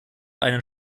einen